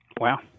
Wow